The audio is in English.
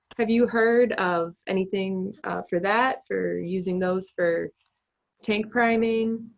have you heard of anything for that, for using those for tank priming?